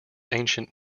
ancient